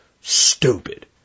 stupid